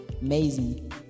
amazing